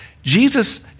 Jesus